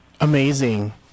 Amazing